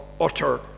utter